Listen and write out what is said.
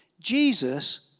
Jesus